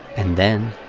and then